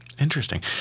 Interesting